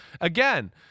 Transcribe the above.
Again